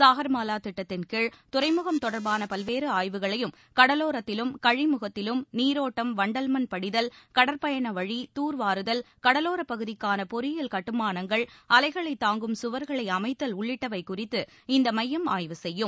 சாகர்மாலா திட்டத்தின் கீழ் துறைமுகம் தொடர்பான பல்வேறு ஆய்வுகளையும் கடலோரத்திலும் கழிமுகத்திலும் நீரோட்டம் வண்டல் மண் படிதல் கடற்பயண வழி தூர்வாறுதல் கடலோரப் பகுதிக்கான பொறியியல் கட்டுமானங்கள் அலைகளைத் தாங்கும் சுவர்களை அமைத்தல் உள்ளிட்டவை குறித்து இந்த மையம் ஆய்வு செய்யும்